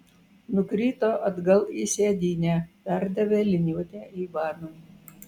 nukrito atgal į sėdynę perdavė liniuotę ivanui